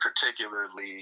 particularly